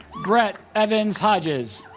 brett evans hodges